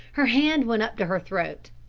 her hand went up to her throat.